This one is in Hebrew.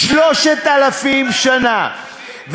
3,000 שנה,